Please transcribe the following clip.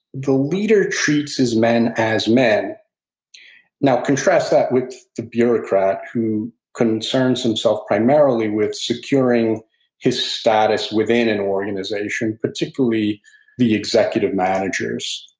the leader treats his men as men contrast that with the bureaucrat, who concerns himself primarily with securing his status within an organization, particularly the executive managers.